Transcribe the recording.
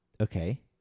Okay